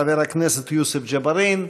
חבר הכנסת יוסף ג'בארין.